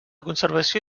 conservació